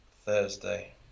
thursday